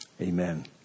amen